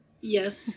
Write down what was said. Yes